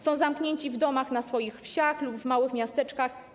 Są zamknięci w domach, na wsiach lub w małych miasteczkach.